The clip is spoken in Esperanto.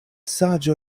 saĝo